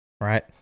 right